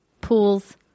pools